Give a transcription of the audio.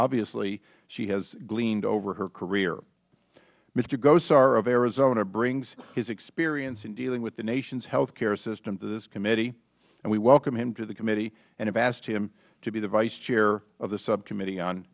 obviously she has gleaned over her career mr hgosar of arizona brings his experience in dealing with the nation's health care system to this committee and we welcome him to the committee and have asked him to be the vice chair of the subcommitt